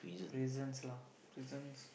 prisons lah prison